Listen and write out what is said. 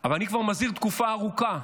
אבל כבר תקופה ארוכה